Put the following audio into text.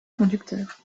conducteurs